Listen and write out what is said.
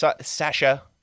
Sasha